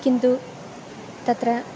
किन्तु तत्र